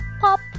pop